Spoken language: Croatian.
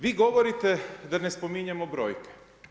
Vi govorite da ne spominjemo brojke.